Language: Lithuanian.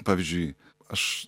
pavyzdžiui aš